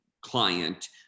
client